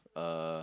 uh